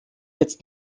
jetzt